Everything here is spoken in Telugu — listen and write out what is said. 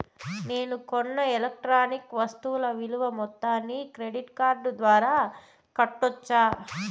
నేను కొన్న ఎలక్ట్రానిక్ వస్తువుల విలువ మొత్తాన్ని క్రెడిట్ కార్డు ద్వారా కట్టొచ్చా?